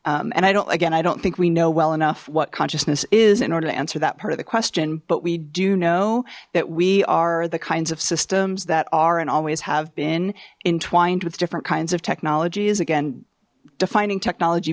and i don't again i don't think we know well enough what consciousness is in order to answer that part of the question but we do know that we are the kinds of systems that are and always have been entwined with different kinds of technologies again defining technology